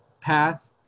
path